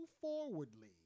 forwardly